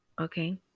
okay